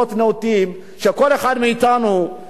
יכול להסתובב עם ההשראה של היותנו יהודים,